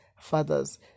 fathers